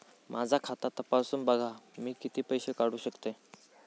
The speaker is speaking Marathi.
माझा खाता तपासून बघा मी किती पैशे काढू शकतय?